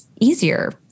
easier